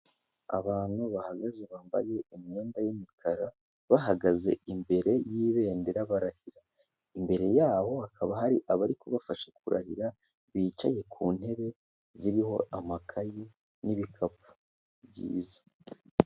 Abantu bahagaze bambaye imyenda y'imikara bahagaze imbere y'ibendera barahira, imbere yabo hakaba hari abari kubafasha kurahira bicaye ku ntebe ziriho amakayi n'ibikapu byiza.